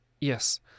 yes